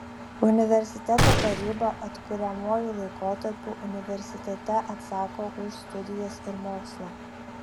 universiteto taryba atkuriamuoju laikotarpiu universitete atsako už studijas ir mokslą